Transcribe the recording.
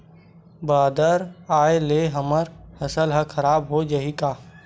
बादर आय ले हमर फसल ह खराब हो जाहि का?